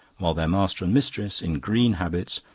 while their master and mistress, in green habits,